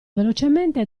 velocemente